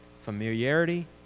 Familiarity